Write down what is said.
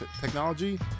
technology